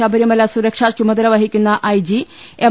ശബരിമല സുരക്ഷാ ചുമതല വഹിക്കുന്ന ഐ ജി എം